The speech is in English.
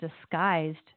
disguised